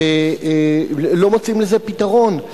שלא מוצאים לזה פתרון,